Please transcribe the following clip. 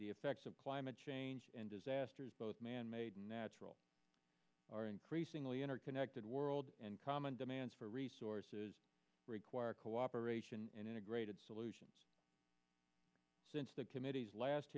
the effects of climate change and disasters both manmade and natural are increasingly interconnected world and common demands for resources require cooperation and integrated solutions since the committee's last